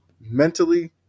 mentally